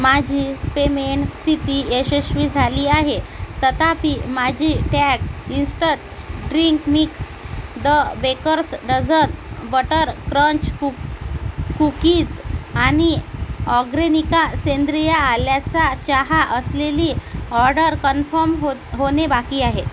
माझी पेमेण स्थिती यशस्वी झाली आहे तथापि माझी Tang instant drink mix the baker's dozen butter crunch cook cookies आणि ऑग्रेनिका सेंद्रिय आल्याचा चहा असलेली ऑर्डर कन्फर्म हो होणे बाकी आहे